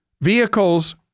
vehicles